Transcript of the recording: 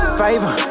favor